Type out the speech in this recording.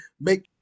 make